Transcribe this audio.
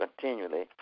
continually